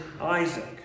Isaac